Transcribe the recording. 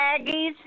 Aggies